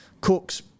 Cooks